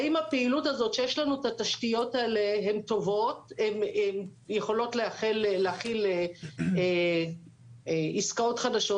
האם הפעילות הזאת שיש לנו את התשתיות האלה יכולה להכיל עסקאות חדשות?